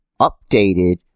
updated